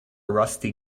rusty